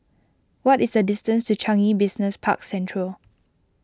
what is the distance to Changi Business Park Central